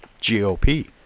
GOP